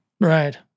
Right